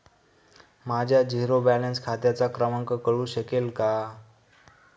माझ्या zero balance खात्याचा क्रमांक कळू शकेल का?